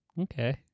Okay